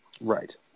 Right